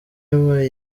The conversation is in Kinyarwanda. iba